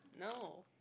No